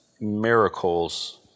miracles